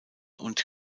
und